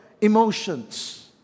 emotions